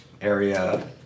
area